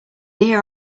here